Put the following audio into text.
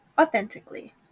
authentically